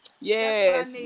Yes